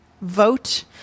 vote